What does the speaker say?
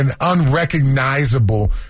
unrecognizable